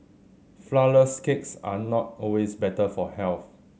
flourless cakes are not always better for health